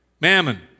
Mammon